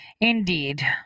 Indeed